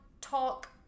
talk